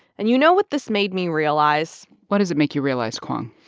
and you know what this made me realize? what does it make you realize, kwong?